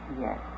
Yes